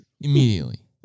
Immediately